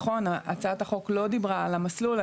נכון, הצעת החוק לא דיברה על המסלול.